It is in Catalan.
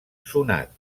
sonat